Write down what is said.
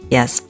Yes